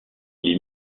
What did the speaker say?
les